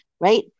right